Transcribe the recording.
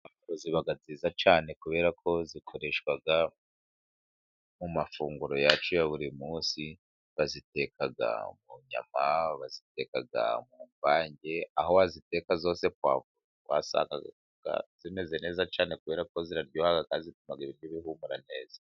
Puwavuro ziba nziza cyane kubera ko zikoreshwa mu mafunguro yacu ya buri munsi, baziteka mu nyama, baziteka mu mvange, aho waziteka hose puwavuro wasanga zimeze neza cyane, kubera ko ziryoha kandi zituma ibiryo bihumura neza.